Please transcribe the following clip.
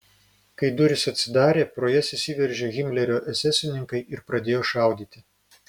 kai durys atsidarė pro jas įsiveržė himlerio esesininkai ir pradėjo šaudyti